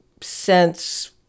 sense-